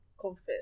confess